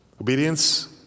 Obedience